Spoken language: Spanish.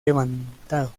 levantado